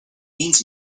means